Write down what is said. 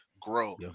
grow